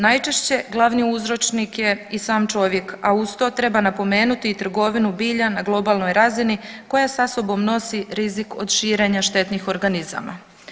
Najčešće glavni uzročnik je i sam čovjek, a uz to treba napomenuti i trgovinu bilja na globalnoj razini koja sa sobom nosi rizik od širenja štetnih organizama.